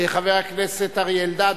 חבר הכנסת אריה אלדד.